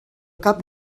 cap